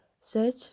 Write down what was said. search